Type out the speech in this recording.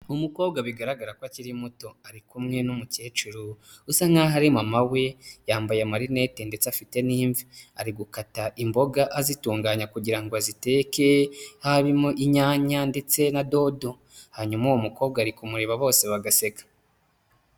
Umukobwa bigaragara ko akiri muto, ari kumwe n'umukecuru usa nkaho ari mama we, yambaye amarinete ndetse afite n'imvi, ari gukata imboga azitunganya kugira ngo aziteke, hamo inyanya ndetse na dodo, hanyuma uwo mukobwa ari kumureba bose bagaseka.